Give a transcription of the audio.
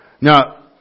Now